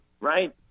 Right